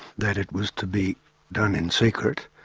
that it was to be done in secret.